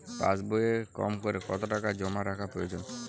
পাশবইয়ে কমকরে কত টাকা জমা রাখা প্রয়োজন?